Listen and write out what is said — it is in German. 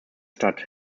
statt